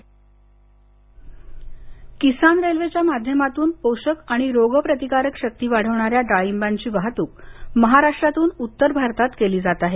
डाळिंब रेल्वे किसान रेल्वेच्या माध्यमातून पोषक आणि रोग प्रतिकारशक्ती वाढवणाऱ्या डाळिंबाची वाहतूक महाराष्ट्रातून उत्तर भारतात केली जात आहे